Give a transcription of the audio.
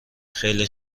خیلی